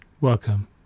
Welcome